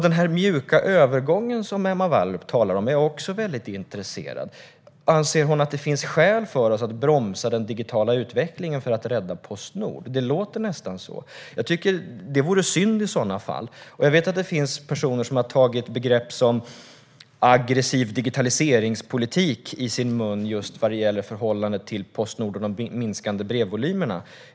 Den mjuka övergång som Emma Wallrup talar om är jag också intresserad av. Anser hon att det finns skäl att bromsa den digitala utvecklingen för att rädda Postnord? Det låter nästan så. Det vore synd i så fall. Jag vet att det finns folk som har tagit begrepp som "aggressiv digitaliseringspolitik" i sin mun just när det gäller förhållandet till Postnord och de minskande brevvolymerna.